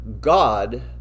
God